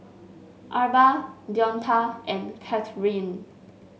Arba Deonta and Kathryne